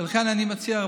לכן אני מציע,